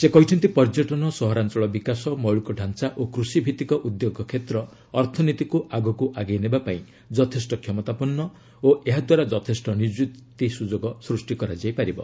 ସେ କହିଛନ୍ତି ପର୍ଯ୍ୟଟନ ସହରାଞ୍ଚଳ ବିକାଶ ମୌଳିକ ଢାଞ୍ଚା ଓ କୃଷିଭିଭିକ ଉଦ୍ୟୋଗ କ୍ଷେତ୍ର ଅର୍ଥନୀତିକୁ ଆଗକୁ ଆଗେଇ ନେବା ପାଇଁ ଯଥେଷ୍ଟ କ୍ଷମତାପନ୍ନ ଓ ଏହା ଦ୍ୱାରା ଯଥେଷ୍ଟ ନିଯୁକ୍ତି ସୁଯୋଗ ସ୍ଚଷ୍ଟି କରାଯାଇ ପାରିବ